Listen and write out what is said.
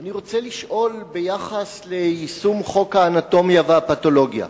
אני רוצה לשאול ביחס ליישום חוק האנטומיה והפתולוגיה.